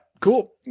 Cool